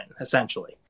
essentially